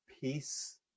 Peace